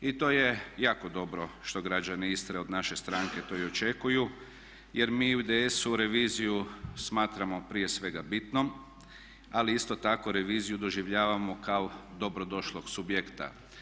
I to je jako dobro što građani Istre od naše stranke to i očekuju jer mi u IDS-u reviziju smatramo prije svega bitnom ali isto tako reviziju doživljavamo kao dobrodošlog subjekta.